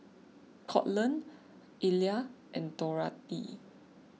Courtland Illya and Dorathy